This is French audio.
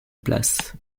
place